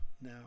now